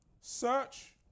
Search